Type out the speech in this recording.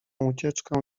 ucieczkę